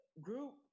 group